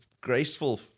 graceful